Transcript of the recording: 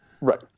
Right